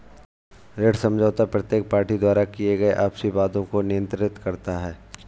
ऋण समझौता प्रत्येक पार्टी द्वारा किए गए आपसी वादों को नियंत्रित करता है